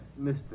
Mr